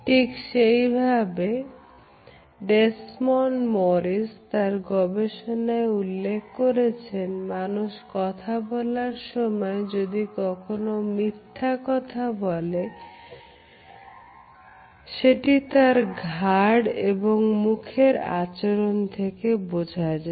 ঠিক সেইভাবে Desmond Morris তার গবেষণায় উল্লেখ করেছেন মানুষ কথা বলার সময় যদি কখনো মিথ্যে কথা বলে তাহলে সেটি তার ঘাড় এবং মুখের আচরণ থেকে বোঝা যায়